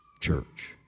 church